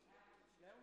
תודה.